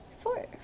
Four